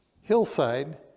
hillside